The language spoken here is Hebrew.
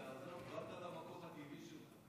באת למקום הטבעי שלך.